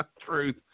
Truth